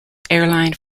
airline